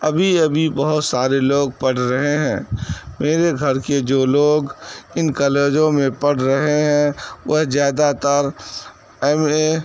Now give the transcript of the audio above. ابھی ابھی بہت سارے لوگ پڑھ رہے ہیں میرے گھر کے جو لوگ ان کالجوں میں پڑھ رہے ہیں وہ زیادہ تر ایم اے